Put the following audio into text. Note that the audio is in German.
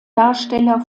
darsteller